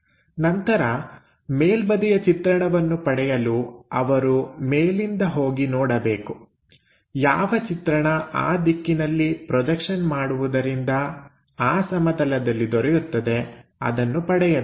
ನಂತರ ಮೇಲ್ಬದಿಯ ಚಿತ್ರಣವನ್ನು ಪಡೆಯಲು ಅವರು ಮೇಲಿಂದ ಹೋಗಿ ನೋಡಬೇಕು ಯಾವ ಚಿತ್ರಣ ಆ ದಿಕ್ಕಿನಲ್ಲಿ ಪ್ರೊಜೆಕ್ಷನ್ ಮಾಡುವುದರಿಂದ ಆ ಸಮತಲದಲ್ಲಿ ದೊರೆಯುತ್ತದೆ ಅದನ್ನು ಪಡೆಯಬೇಕು